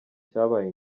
cyabaye